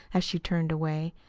as she turned away.